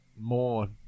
more